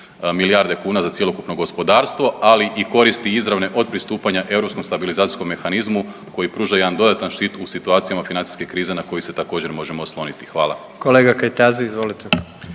milijarde kuna za cjelokupno gospodarstvo, ali i koristi izravne od pristupanja Europskom stabilizacijskom mehanizmu koji pruža jedan dodatan štit u situacijama financije krize na koju se također možemo osloniti. Hvala.